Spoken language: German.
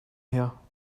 her